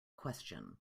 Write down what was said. question